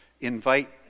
invite